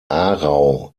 aarau